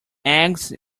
eggs